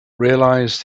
realise